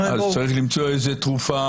צריך למצוא איזו תרופה.